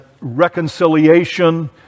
reconciliation